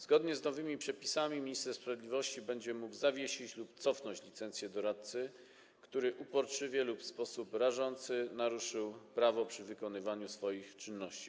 Zgodnie z nowymi przepisami minister sprawiedliwości będzie mógł zawiesić lub cofnąć licencję doradcy, który uporczywie lub w sposób rażący naruszył prawo przy wykonywaniu swoich czynności.